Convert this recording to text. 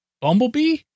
Bumblebee